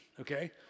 okay